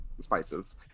spices